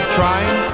trying